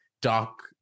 doc